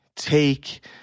Take